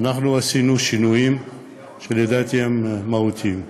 עשינו שינויים שלדעתי הם מהותיים.